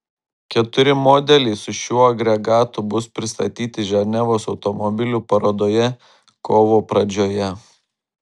keturi modeliai su šiuo agregatu bus pristatyti ženevos automobilių parodoje kovo pradžioje